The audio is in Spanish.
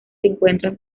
encuentra